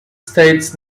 states